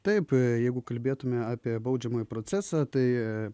taip jeigu kalbėtume apie baudžiamąjį procesą tai